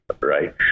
right